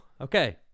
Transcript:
okay